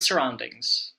surroundings